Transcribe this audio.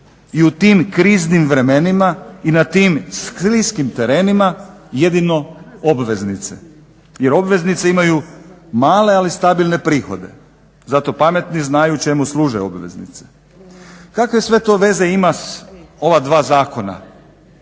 i u tim kriznim vremenima i na tim skliskim terenima jedino obveznice jer obveznice imaju male ali stabilne prihode. Zato pametni znaju čemu služe obveznice. Kakve sve to veze ima sa ova dva zakona?